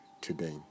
today